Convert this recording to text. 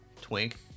twink